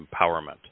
empowerment